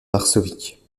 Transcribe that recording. varsovie